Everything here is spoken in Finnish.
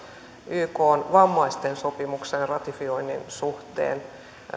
ykn vammaisten sopimuksen ratifioinnin suhteen